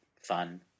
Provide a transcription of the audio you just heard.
fun